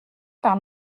par